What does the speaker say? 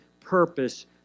purpose